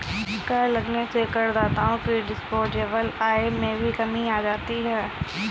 कर लगने से करदाताओं की डिस्पोजेबल आय में भी कमी आ जाती है